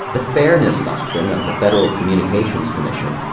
the fairness doctrine of the federal communications commission,